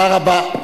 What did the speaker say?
תודה רבה.